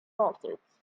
lawsuits